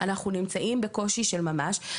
אנחנו נמצאים בקושי של ממש.